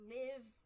live